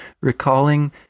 recalling